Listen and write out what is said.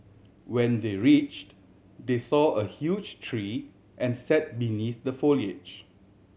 when they reached they saw a huge tree and sat beneath the foliage